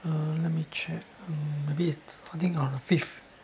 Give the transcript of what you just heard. let me check mm maybe it's I think on the fifth